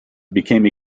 became